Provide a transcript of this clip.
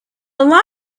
line